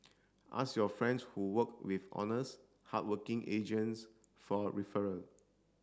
ask your friends who worked with honest hardworking agents for referral